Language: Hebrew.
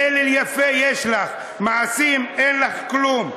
מלל יפה יש לך, מעשים, אין לך כלום.